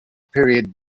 period